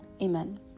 Amen